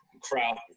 Crowd